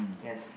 yes